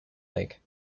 lake